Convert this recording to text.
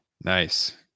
Nice